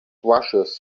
rushes